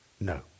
No